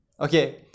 okay